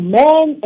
men